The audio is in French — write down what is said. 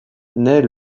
naît